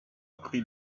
pris